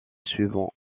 suivant